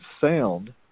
sound